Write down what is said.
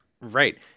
Right